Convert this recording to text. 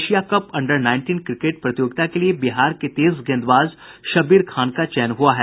Asia cup under nineteen cricket प्रतियोगिता के लिये बिहार के तेज गेंदबाज शब्बीर खान का चयन हुआ है